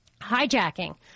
hijacking